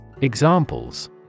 Examples